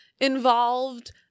involved